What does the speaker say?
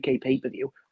pay-per-view